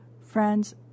friends